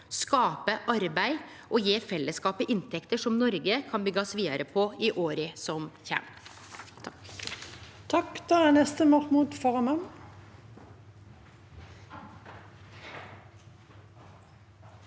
skape arbeid og gje fellesskapet inntekter som Noreg kan byggjast vidare på i åra som kjem.